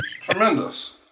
Tremendous